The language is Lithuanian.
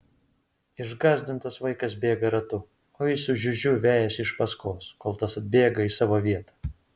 išgąsdintas vaikas bėga ratu o jį su žiužiu vejasi iš paskos kol tas atbėga į savo vietą